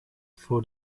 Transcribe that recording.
for